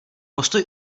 postoj